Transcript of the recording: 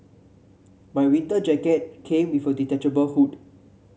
my winter jacket came with a detachable hood